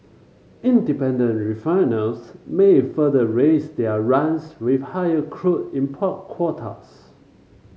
independent refiners may further raise their runs with higher crude import quotas